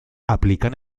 aplican